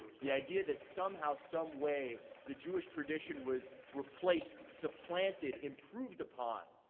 the idea that somehow, someway, the jewish tradition was replaced, supplanted, improved upon,